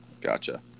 Gotcha